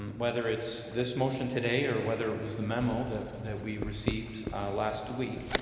um whether it's this motion today or whether it was the memo that that we received last week,